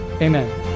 amen